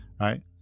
Right